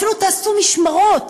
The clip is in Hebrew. אפילו תעשו משמרות.